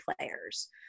players